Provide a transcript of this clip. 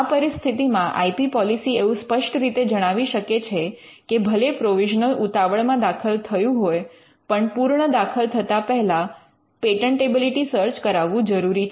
આ પરિસ્થિતિમાં I P policy એવું સ્પષ્ટ રીતે જણાવી શકે છે કે ભલે પ્રોવિઝનલ ઉતાવળમાં દાખલ થયું હોય પણ પૂર્ણ દાખલ થતા પહેલા પેટન્ટેબિલિટી સર્ચ કરાવવું જરૂરી છે